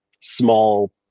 small